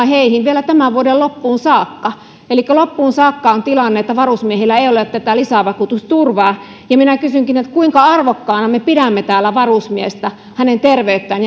heihin vielä tämän vuoden loppuun saakka elikkä vuoden loppuun saakka on tilanne että varusmiehillä ei ole tätä lisävakuutusturvaa minä kysynkin kuinka arvokkaana me pidämme täällä varusmiestä hänen terveyttään